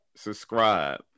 Subscribe